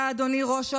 אתה, אדוני ראש הממשלה,